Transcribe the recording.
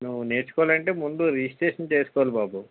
నువ్వు నేర్చుకోవాలంటే ముందు రిజిస్ట్రేషన్ చేసుకోవాలి బాబు